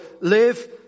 Live